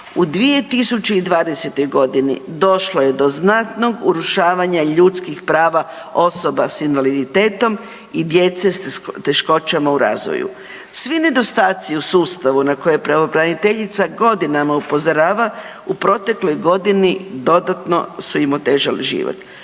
„U 2020. godini došlo je do znatnog urušavanja ljudskih prava osoba s invaliditetom i djece s teškoćama u razvoju.“. Svi nedostaci u sustavu na koje pravobraniteljica godinama upozorava u protekloj godini dodatno su im otežali život.